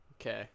Okay